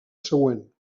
següent